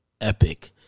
Epic